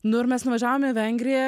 nu ir mes važiavom į vengriją